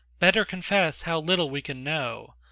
better confess how little we can know,